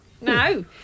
no